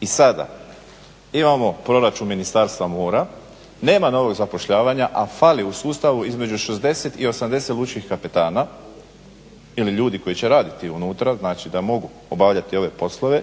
I sada imamo proračun Ministarstvo mora, nema novog zapošljavanja, a fali u sustavu između 60 i 80 lučkih kapetana ili ljudi koji će raditi unutra znači da mogu obavljati ove poslove